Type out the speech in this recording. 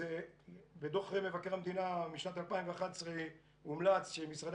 בדוח מבקר המדינה משנת 2011 הומלץ שמשרדי